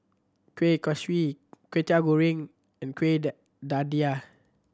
Kueh Kaswi Kway Teow Goreng and kueh